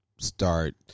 start